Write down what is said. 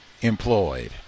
employed